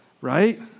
right